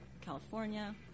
California